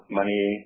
money